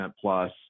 plus